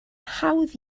hawdd